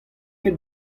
ket